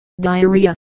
diarrhea